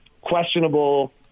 questionable